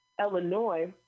Illinois